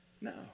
No